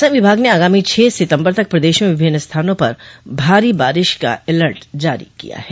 मौसम विभाग ने आगामी छह सितम्बर तक प्रदेश में विभिन्न स्थानों पर भारी बारिश का एलर्ट जारी किया है